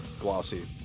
glossy